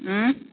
हूँ